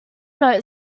note